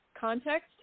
context